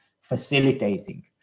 facilitating